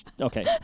okay